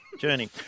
journey